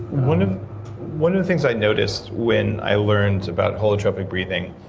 one one of the things i noticed when i learned about holotropic breathing,